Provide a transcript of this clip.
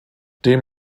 dem